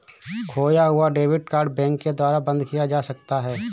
खोया हुआ debit card bank के द्वारा बंद किया जा सकता है